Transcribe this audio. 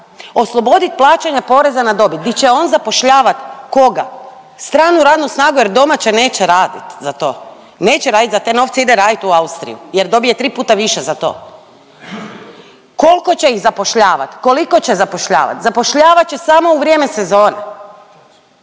oslobodit plaćanja poreza na dobit di će on zapošljavat koga? Stranu radnu snagu, jer domaća neće raditi za to, neće raditi za te novce ide radit u Austriju jer dobije tri puta više za to. Koliko će ih zapošljavati? Koliko će zapošljavati? Zapošljavat će samo u vrijeme sezone.